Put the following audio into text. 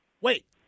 Wait